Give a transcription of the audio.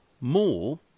more